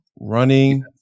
Running